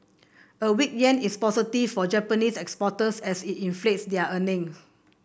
a weak yen is positive for Japanese exporters as it inflates their earning